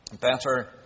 Better